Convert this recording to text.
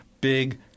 big